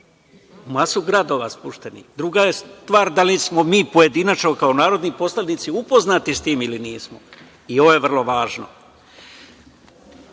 masu gradova spuštenih. Druga je stvar da li smo mi pojedinačno, kao narodni poslanici, upoznati s tim ili nismo.U svim tim arhivima